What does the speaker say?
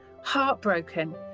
heartbroken